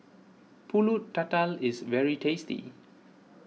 Pulut Tatal is very tasty